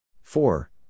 four